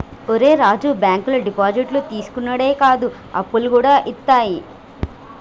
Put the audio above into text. ఒరే రాజూ, బాంకులు డిపాజిట్లు తీసుకునుడే కాదు, అప్పులుగూడ ఇత్తయి